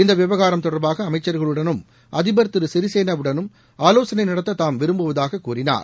இந்த விவகாரம் தொடர்பாக அமைச்சர்களுடனும் அதிபர் திரு சிறிசேனாவுடன் ஆலோசனை நடத்த தாம் விரும்புவதாக கூறினார்